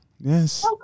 yes